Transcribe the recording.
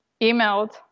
emailed